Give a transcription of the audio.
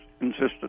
insisted